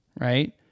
right